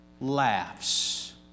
laughs